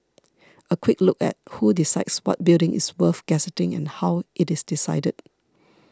a quick look at who decides what building is worth gazetting and how it is decided